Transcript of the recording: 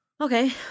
Okay